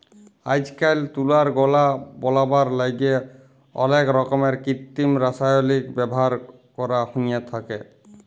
আইজকাইল তুলার গলা বলাবার ল্যাইগে অলেক রকমের কিত্তিম রাসায়লিকের ব্যাভার ক্যরা হ্যঁয়ে থ্যাকে